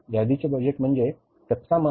यादीचे बजेट म्हणजे कच्चा माल